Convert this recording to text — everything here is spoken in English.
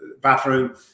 bathroom